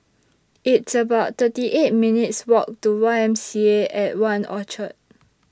It's about thirty eight minutes' Walk to Y M C A At one Orchard